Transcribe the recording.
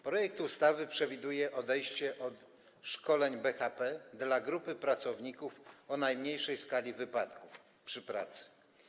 Projekt ustawy przewiduje odejście od szkoleń BHP w przypadku grupy pracowników o najmniejszej skali wypadków przy pracy.